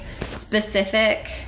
specific